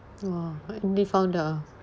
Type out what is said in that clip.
!wah! they found out ah